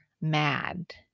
mad